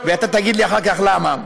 ואתה תגיד לי אחר כך למה.